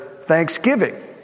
thanksgiving